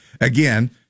again